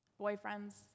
boyfriends